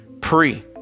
Pre